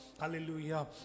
Hallelujah